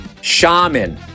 shaman